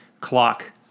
clock